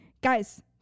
guys